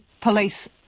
police